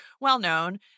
well-known